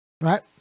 Right